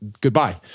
goodbye